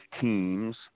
teams